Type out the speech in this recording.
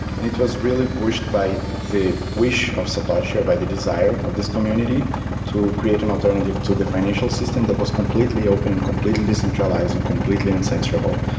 and it was really pushed by the wish of satoshi, or by the desire of this community to create an alternative to the financial system that was completely open and completely decentralized and completely uncensorable.